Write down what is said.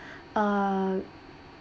uh